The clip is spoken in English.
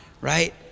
right